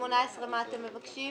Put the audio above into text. לשנת 2018 מה אתם מבקשים?